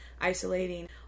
isolating